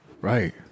right